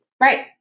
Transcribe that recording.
Right